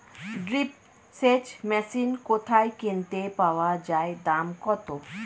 Drip সেচ machine কোথায় কিনতে পাওয়া যায় দাম কত?